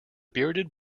bearded